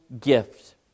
gift